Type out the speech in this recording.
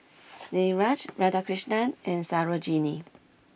Niraj Radhakrishnan and Sarojini